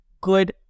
good